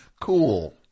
cool